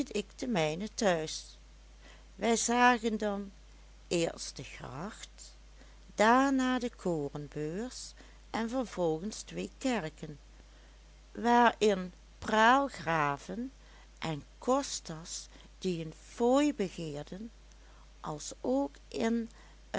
den mijnen thuis wij zagen dan eerst de gracht daarna de korenbeurs en vervolgens twee kerken waarin praalgraven en kosters die een fooi begeerden als ook in